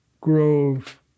grove